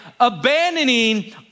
Abandoning